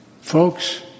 Folks